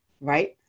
right